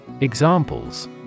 Examples